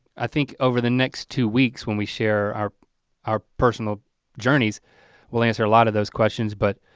i think over the next two weeks when we share our our personal journeys will answer a lot of those questions, but